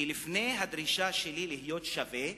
כי לפני הדרישה שלי להיות שווה,